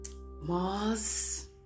mars